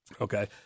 Okay